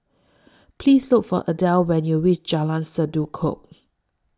Please Look For Adel when YOU REACH Jalan Sendudok